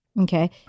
okay